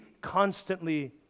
constantly